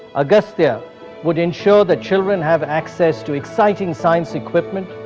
agastya would ensure that children have access to exciting science equipment,